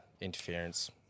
interference